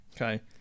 Okay